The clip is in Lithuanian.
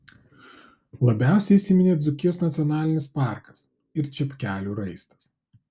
labiausiai įsiminė dzūkijos nacionalinis parkas ir čepkelių raistas